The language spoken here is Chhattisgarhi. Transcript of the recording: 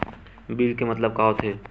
बिल के मतलब का होथे?